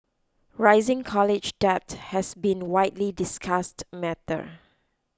rising college debt has been a widely discussed matter